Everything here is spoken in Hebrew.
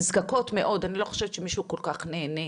אנחנו מטפלים אצלנו, מי שנזקק לסיוע של מטפל זר